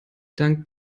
dank